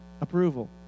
approval